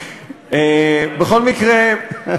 בכל מקרה,